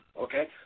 okay